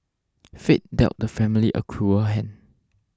fate dealt the family a cruel hand